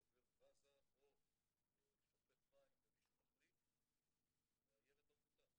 שובר ואזה או שופך מים ומישהו מחליק הילד לא מבוטח,